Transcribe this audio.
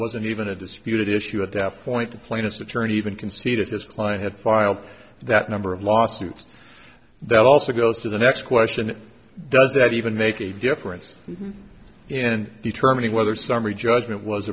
wasn't even a disputed issue at that point the plaintiff's attorney even conceded his client had filed that number of lawsuits that also goes to the next question does that even make a difference in determining whether summary judgment was